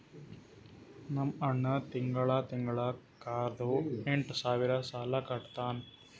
ನಮ್ ಅಣ್ಣಾ ತಿಂಗಳಾ ತಿಂಗಳಾ ಕಾರ್ದು ಎಂಟ್ ಸಾವಿರ್ ಸಾಲಾ ಕಟ್ಟತ್ತಾನ್